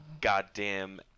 goddamn